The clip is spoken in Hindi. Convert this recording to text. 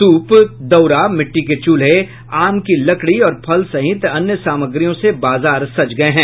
सूप दउरा मिट्टी के च्रल्हे आम की लकड़ी और फल सहित अन्य सामग्रियों से बाजार सज गये हैं